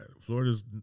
Florida's